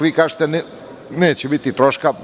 Vi kažete – neće biti troška.